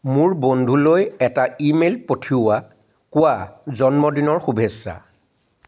মোৰ বন্ধুলৈ এটা ইমেইল পঠিওৱা কোৱা জন্মদিনৰ শুভেচ্ছা